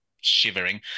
shivering